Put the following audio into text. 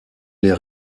les